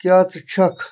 کیٛاہ ژٕ چھیٚکھ